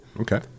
Okay